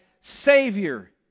Savior